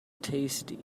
tasty